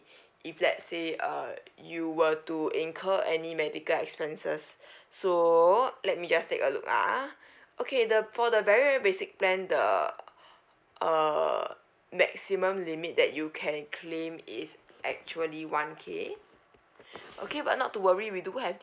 if let say uh if you were to incur any medical expenses so let me just take a look ah okay the for the very very basic plan the uh maximum limit that you can claim is actually one K okay but not to worry we do have